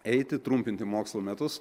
eiti trumpinti mokslo metus